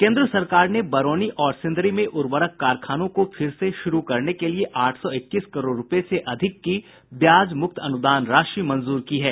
केन्द्र सरकार ने बरौनी और सिंदरी में उर्वरक कारखानों को फिर से शुरू करने के लिये आठ सौ इक्कीस करोड़ रूपये से अधिक की ब्याज मुक्त अनुदान राशि मंजूर की है